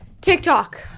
tiktok